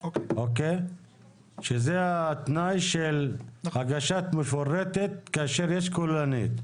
שזה התנאי של הגשה מפורטת כאשר יש כוללנית.